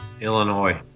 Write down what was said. Illinois